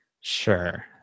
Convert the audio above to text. Sure